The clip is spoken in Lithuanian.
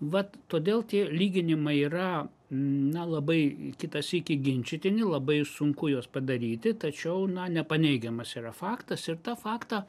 vat todėl tie lyginimai yra na labai kitą sykį ginčytini labai sunku juos padaryti tačiau na nepaneigiamas yra faktas ir tą faktą